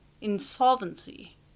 insolvency